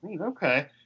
Okay